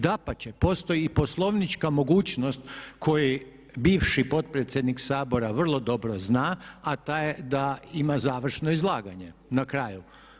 Dapače, postoji i poslovnička mogućnost koju bivši potpredsjednik Sabora vrlo dobro zna, a ta je da ima završno izlaganje na kraju.